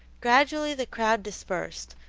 gradually the crowd dispersed,